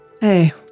Hey